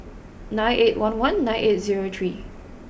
nine eight one one nine eight zero three